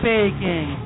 Baking